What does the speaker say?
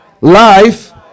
life